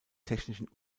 technischen